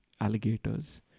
alligators